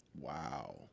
Wow